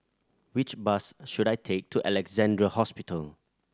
which bus should I take to Alexandra Hospital